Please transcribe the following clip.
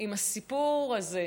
אם הסיפור הזה,